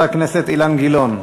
חבר הכנסת אילן גילאון,